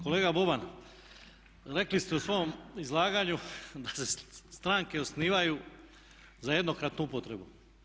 Kolega Boban, rekli ste u svom izlaganju da se stranke osnivaju za jednokratnu upotrebu.